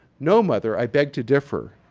no mother, i beg to differ.